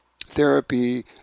therapy